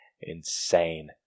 insane